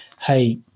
hey